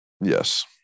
Yes